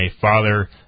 father